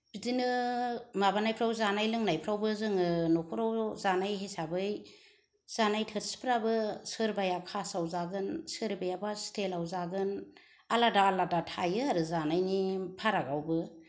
बिदिनो माबानायफ्राव जानाय लोंनायफ्रावबो जोङो न'खराव जानाय हिसाबै जानाय थोरसिफ्राबो सोरबाया खासआव जागोन सोरबायाबा स्टील आव जागोन आलादा आलादा थायो आरो जानायनि फारागावबो